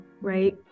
right